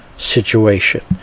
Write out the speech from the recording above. situation